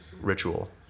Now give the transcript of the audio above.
ritual